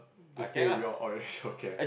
to stay with you all or you actually okay ah